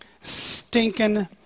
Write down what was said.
stinking